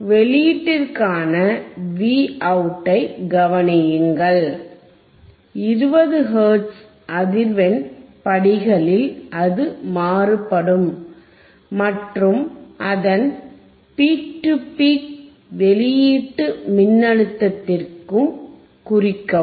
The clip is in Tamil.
வெளியீட்டிற்கான Vout ஐக் கவனியுங்கள் 20 ஹெர்ட்ஸின் அதிர்வெண் படிகளில் அது மாறுபடும் மற்றும் அதன் பீக் டு பீக் வெளியீட்டு மின்னழுத்தத்திற்குக் குறிக்கவும்